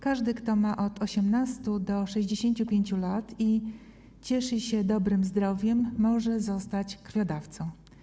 Każdy, kto ma od 18 do 65 lat i cieszy się dobrym zdrowiem, może zostać krwiodawcą.